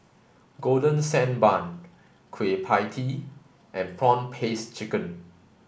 golden sand bun Kueh Pie Tee and prawn paste chicken